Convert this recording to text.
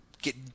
get